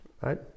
Right